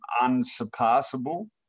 unsurpassable